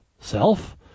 self